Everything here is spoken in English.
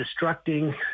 destructing